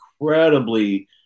incredibly